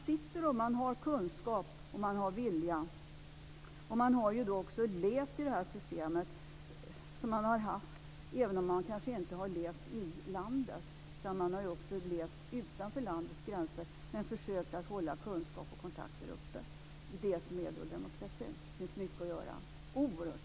De har kunskap och vilja. De har också levt i det system som har funnits även om de kanske inte har levt i landet i hela tiden. De har ju också levt utanför landets gränser men försökt hålla kunskaper och kontakter uppe. Det finns oerhört mycket att göra när det gäller demokratin.